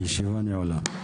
הישיבה נעולה.